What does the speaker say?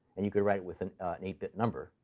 and you could write it with an eight bit number,